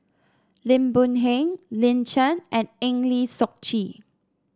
Lim Boon Heng Lin Chen and Eng Lee Seok Chee